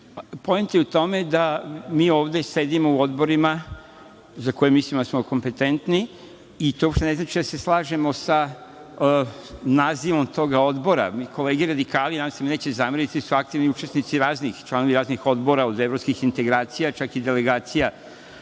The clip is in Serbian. je u tome da mi ovde sedimo u odborima za koje mislimo da smo kompetentni i to uopšte ne znači da se slažemo sa nazivom tog odbora. Kolege radikali, nadam se da mi neće zameriti, su aktivni učesnici, članovi raznih odbora, od evropskih integracija, čak i delegacija